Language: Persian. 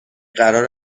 قرار